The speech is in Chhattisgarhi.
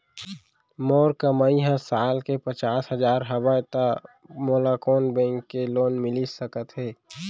मोर कमाई ह साल के पचास हजार हवय त मोला कोन बैंक के लोन मिलिस सकथे?